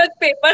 paper